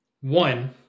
One